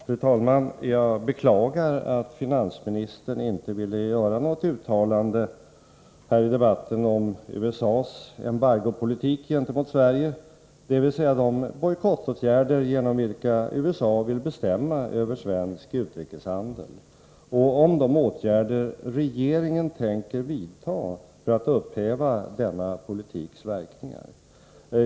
Fru talman! Jag beklagar att finansministern inte ville göra något uttalande i debatten om USA:s embargopolitik gentemot Sverige, dvs. de bojkottåtgärder genom vilka USA vill bestämma över svensk utrikeshandel, och om de åtgärder regeringen tänker vidta för att upphäva denna politiks verkningar.